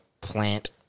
plant